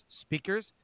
speakers